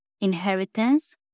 inheritance